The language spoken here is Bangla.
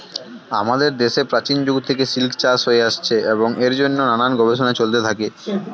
আমাদের দেশে প্রাচীন যুগ থেকে সিল্ক চাষ হয়ে আসছে এবং এর জন্যে নানান গবেষণা চলতে থাকে